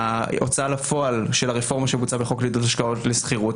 ההוצאה לפועל של הרפורמה שבוצעה בחוק לעידוד השקעות לשכירות.